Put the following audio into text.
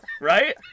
Right